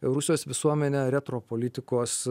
rusijos visuomenę retro politikos